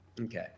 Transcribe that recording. Okay